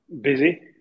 busy